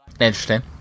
Interesting